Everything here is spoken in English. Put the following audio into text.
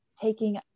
taking